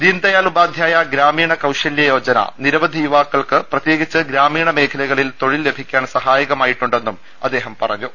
ദീൻദ യാൽ ഉപാധ്യായ ഗ്രാമീണ കൌശല്യ യോജന നിരവധി യുവാ ക്കൾക്ക് പ്രത്യേകിച്ച് ഗ്രാമീണ മേഖലകളിൽ തൊഴിൽ ലഭിക്കാൻ സഹായകമായിട്ടുണ്ടെന്നും അദ്ദേഹം പറഞ്ഞു